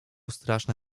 straszny